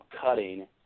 cutting